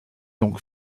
donc